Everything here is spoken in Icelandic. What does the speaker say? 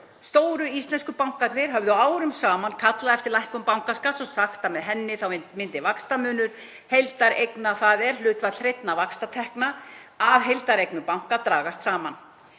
Stóru íslensku bankarnir höfðu árum saman kallað eftir lækkun bankaskattsins og sagt að með henni myndi vaxtamunur heildareigna, þ.e. hlutfall hreinna vaxtatekna af heildareignum banka, dragast saman.